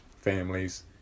families